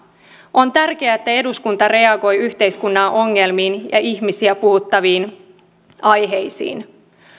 on tärkeää että eduskunta reagoi yhteiskunnan ongelmiin ja ihmisiä puhuttaviin aiheisiin